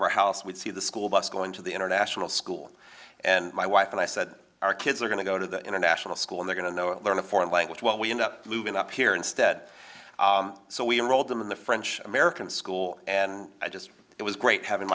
of our house would see the school bus going to the international school and my wife and i said our kids are going to go to the international school they're going to know and learn a foreign language what we end up moving up here instead so we enrolled them in the french american school and i just it was great having